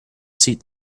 seat